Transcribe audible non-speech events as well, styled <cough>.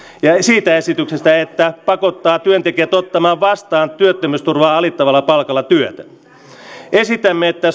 ja siitä esityksestä että se pakottaa työntekijät ottamaan vastaan työtä työttömyysturvan alittavalla palkalla esitämme että <unintelligible>